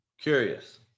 Curious